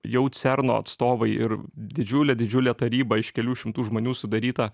jau cerno atstovai ir didžiulė didžiulė taryba iš kelių šimtų žmonių sudaryta